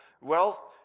Wealth